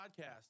Podcast